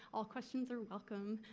all questions are welcome.